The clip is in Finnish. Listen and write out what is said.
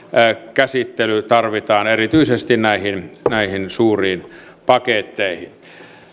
käsittely tarvitaan erityisesti näihin näihin suuriin paketteihin